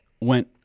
went